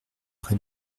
près